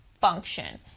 function